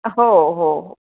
हो हो हो